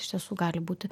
iš tiesų gali būti